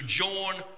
join